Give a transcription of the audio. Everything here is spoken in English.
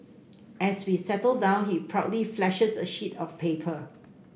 as we settle down he proudly flashes a sheet of paper